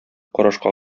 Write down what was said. карашка